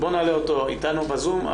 הוא איתנו בזום.